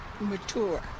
mature